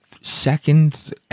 second